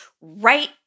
right